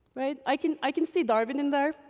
right? i can, i can see darwin in there,